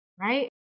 right